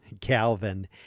Calvin